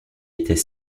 était